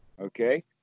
okay